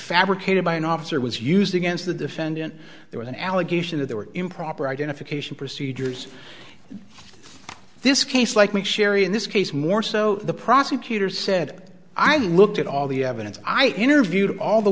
fabricated by an officer was used against the defendant there was an allegation that there were improper identification procedures this case like me sherry in this case more so the prosecutor said i looked at all the evidence i interviewed all the